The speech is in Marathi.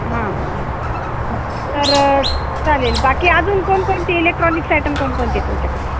हां हां हां तर चालेल बाकी अजून कोणकोणती इलेक्ट्रॉनिक्स आयटम कोणकोणती आहे तुमच्याकडे